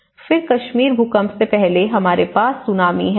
Refer Slide Time 3240 फिर कश्मीर भूकंप से पहले हमारे पास सुनामी है